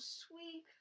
sweet